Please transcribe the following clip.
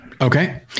Okay